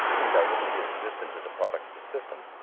undoubtedly his existence is a product of the system,